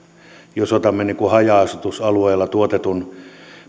jos otamme haja asutusalueella tuotetun